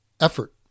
effort